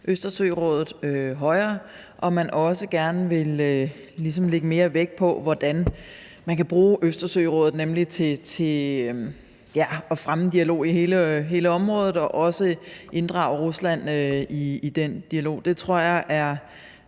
Østersørådet højere, og at man også gerne ligesom vil lægge mere vægt på, hvordan man kan bruge Østersørådet, nemlig til at fremme dialog i hele området og også inddrage Rusland i den dialog. Det tror jeg er